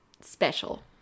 special